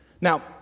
Now